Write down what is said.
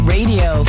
Radio